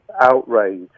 outrage